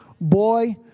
boy